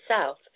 South